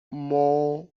more